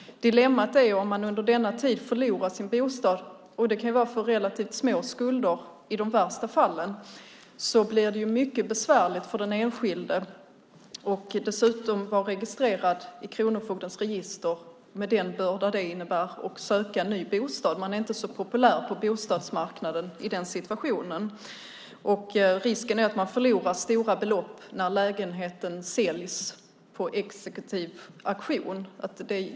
Dilemmat är om man under denna tid har förlorat sin bostad, och det kan vara för relativt små skulder. I de värsta fallen blir det mycket besvärligt för den enskilde att dessutom vara registrerad i kronofogdens register med den börda som det innebär att söka ny bostad. Man är inte så populär på bostadsmarknaden i den situationen. Risken är att man förlorar stora belopp när lägenheten säljs på exekutiv auktion.